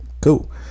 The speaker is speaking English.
cool